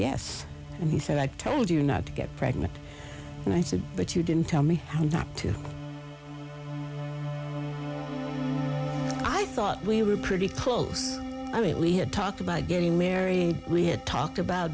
yes and he said i told you not to get pregnant and i said but you didn't tell me not to i thought we were pretty close i mean we had talked about getting married we had talked about